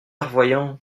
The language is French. revoyant